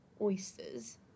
oysters